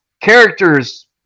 characters